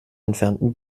entfernten